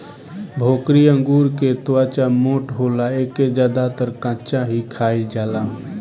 भोकरी अंगूर के त्वचा मोट होला एके ज्यादातर कच्चा ही खाईल जाला